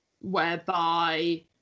whereby